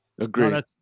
Agreed